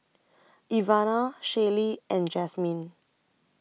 Ivana Shaylee and Jazmine